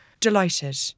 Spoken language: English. delighted